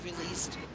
released